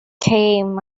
came